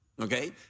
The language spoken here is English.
okay